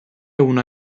una